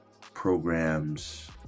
programs